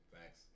Thanks